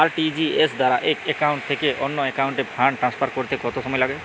RTGS দ্বারা এক account থেকে অন্য একাউন্টে ফান্ড ট্রান্সফার করতে কত সময় লাগে?